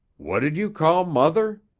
what'd you call mother?